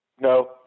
No